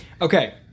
okay